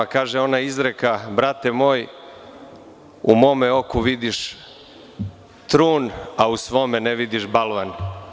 Kaže izreka – brate moj, u mom oku vidiš trun, a u svom ne vidiš balvan.